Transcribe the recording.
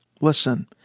Listen